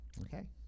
Okay